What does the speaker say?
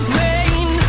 rain